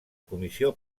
comissió